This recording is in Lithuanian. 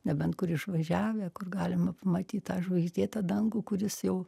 nebent kur išvažiavę kur galima pamatyt tą žvaigždėtą dangų kuris jau